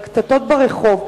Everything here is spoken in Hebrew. על קטטות ברחוב,